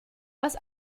was